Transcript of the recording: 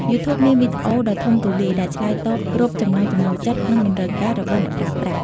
យូធូបមានវីដេអូដ៏ធំទូលាយ ដែលឆ្លើយតបគ្រប់ចំណង់ចំណូលចិត្ត និងតម្រូវការរបស់អ្នកប្រើប្រាស់។